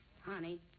Honey